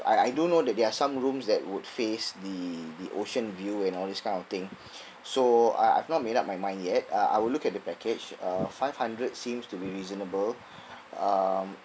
I I do know that there are some rooms that would face the the ocean view and all this kind of thing so I I've not made up my mind yet uh I will look at the package uh five hundred seems to be reasonable um